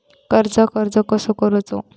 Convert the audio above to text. कर्जाक अर्ज कसो करूचो?